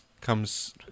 comes